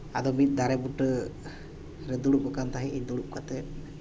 ᱟᱫᱚ ᱢᱤᱫ ᱫᱟᱨᱮ ᱵᱩᱴᱟᱹ ᱫᱩᱲᱩᱵ ᱟᱠᱟᱱ ᱛᱟᱦᱮᱱᱟᱹᱧ ᱫᱩᱲᱩᱵ ᱠᱟᱛᱮᱫ